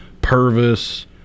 Purvis